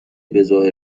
بهظاهر